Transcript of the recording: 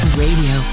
radio